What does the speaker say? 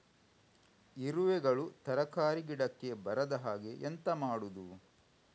ಇರುವೆಗಳು ತರಕಾರಿ ಗಿಡಕ್ಕೆ ಬರದ ಹಾಗೆ ಎಂತ ಮಾಡುದು?